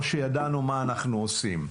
לא שידענו מה אנחנו עושים.